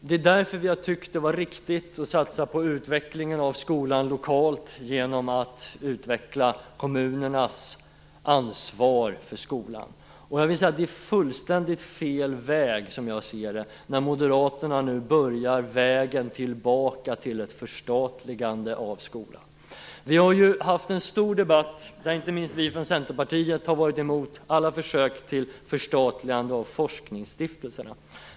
Det är därför som vi har ansett det vara riktigt att satsa på utvecklingen av skolan lokalt genom att utveckla kommunernas ansvar för skolan. Det är fullständigt fel väg, som jag ser det, när Moderaterna nu börjar vägen tillbaka till ett förstatligande av skolan. Vi har ju haft en stor debatt, där inte minst vi från Centerpartiet har varit emot alla försök till förstatligande av forskningsstiftelserna.